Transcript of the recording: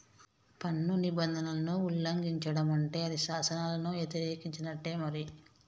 పన్ను నిబంధనలను ఉల్లంఘిచడం అంటే అది శాసనాలను యతిరేకించినట్టే మరి